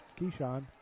Keyshawn